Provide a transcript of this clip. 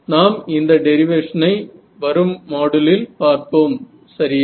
நாம் இந்த டெரிவேஷனை வரும் மாடுலில் பார்ப்போம் சரியா